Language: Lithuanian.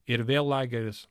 ir vėl lageris